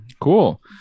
cool